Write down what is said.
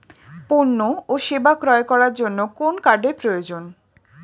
পণ্য ও সেবা ক্রয় করার জন্য কোন কার্ডের প্রয়োজন?